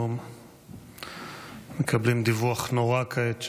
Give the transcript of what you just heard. אנחנו מקבלים דיווח נורא כעת,